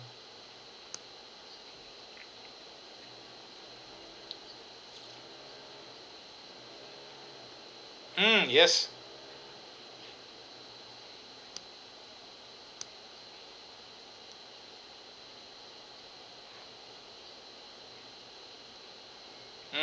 hmm yes